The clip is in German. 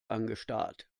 angestarrt